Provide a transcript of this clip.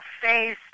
face